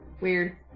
Weird